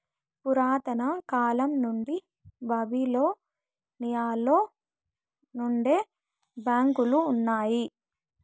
పురాతన కాలం నుండి బాబిలోనియలో నుండే బ్యాంకులు ఉన్నాయి